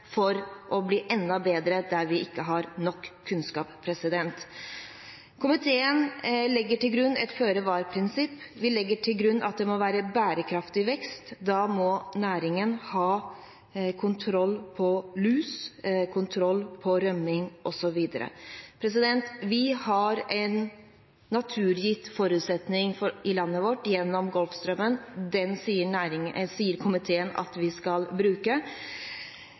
for å bli enda bedre der vi ikke har nok kunnskap. Komiteen legger til grunn et føre-var-prinsipp. Vi legger til grunn at det må være bærekraftig vekst, og da må næringen ha kontroll på lus, kontroll på rømning osv. Vi har en naturgitt forutsetning i landet vårt gjennom Golfstrømmen, og den sier komiteen at vi skal bruke.